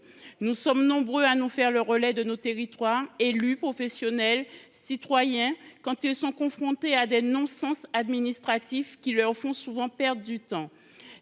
Nous sommes nombreux à nous faire le relais de nos territoires, élus, professionnels et citoyens, quand ils sont confrontés à des non sens administratifs, qui leur font souvent perdre du temps.